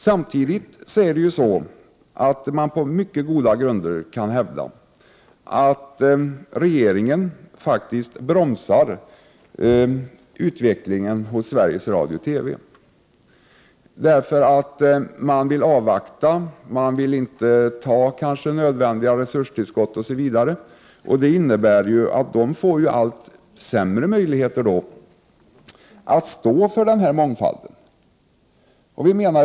Samtidigt kan man på mycket klara grunder hävda att regeringen faktiskt bromsar utvecklingen hos Sveriges Radio-TV. Man vill avvakta. Man vill inte ge nödvändiga resurstillskott. Det innebär att Sveriges Radio-TV får allt sämre möjligheter att stå för mångfalden.